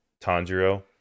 Tanjiro